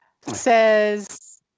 Says